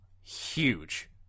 Huge